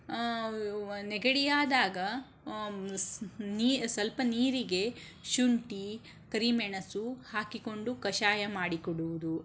ನೆಗಡಿಯಾದಾಗ ಸ್ ನೀ ಸ್ವಲ್ಪ ನೀರಿಗೆ ಶುಂಠಿ ಕರಿಮೆಣಸು ಹಾಕಿಕೊಂಡು ಕಷಾಯ ಮಾಡಿಕೊಡುವುದು